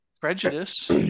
prejudice